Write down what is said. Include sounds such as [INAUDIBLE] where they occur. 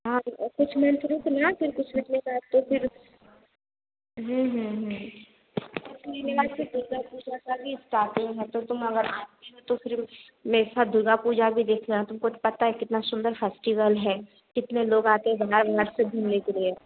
हाँ तो कुछ मंथ रुकना फिर कुछ मंथ के बाद तो फिर हम्म हम्म हम्म [UNINTELLIGIBLE] दिन बाद से दुर्गा पूजा की भी इस्टार्टिंग है तो तुम अगर आती हो तो फिर मेरे साथ दुर्गा पूजा भी देखनी है तुमको तो पता है कितना सुंदर फेस्टिवल है कितने लोग आते हैं बाहर बाहर से घूमने के लिए